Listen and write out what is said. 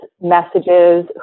messages